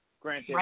Granted